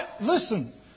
Listen